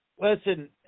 listen